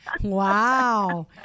Wow